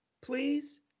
Please